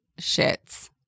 shits